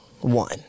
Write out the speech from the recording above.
one